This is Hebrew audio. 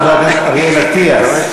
חבר הכנסת אריאל אטיאס,